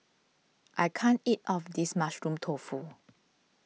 I can't eat all of this Mushroom Tofu